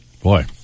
Boy